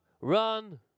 run